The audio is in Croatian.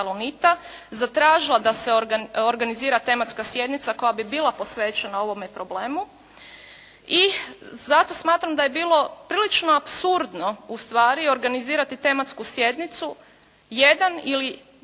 zatražila da se organizira tematska sjednica koja bi bila posvećena ovome problemu i zato smatram da je bilo prilično apsurdno ustvari organizirati tematsku sjednicu jedan ili